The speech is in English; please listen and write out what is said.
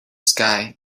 sky